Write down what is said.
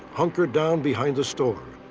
hunkered down behind the store.